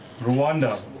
Rwanda